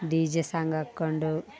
D J song ಹಾಕ್ಕೊಂಡು